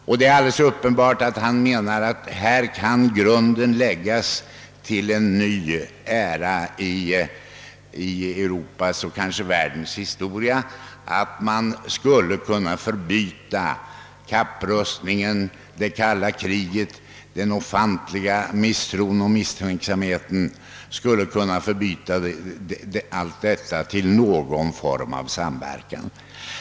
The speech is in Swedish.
Han menar att med detta avtal skulle grunden kunna läggas till en ny era i Europas och kanske världens historia. Med det skulle kapprustningen, det kalla kriget och den ofantliga misstron och misstänksamheten kunna förbytas i någon form av samverkan.